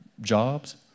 jobs